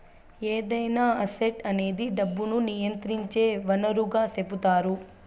ఏదైనా అసెట్ అనేది డబ్బును నియంత్రించే వనరుగా సెపుతారు